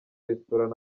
restaurant